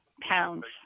pounds